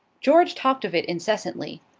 george talked of it incessantly.